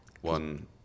one